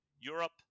Europe